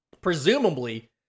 Presumably